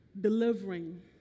delivering